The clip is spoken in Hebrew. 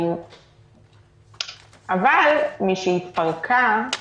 אבל משהתפרקה,